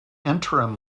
interim